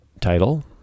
Title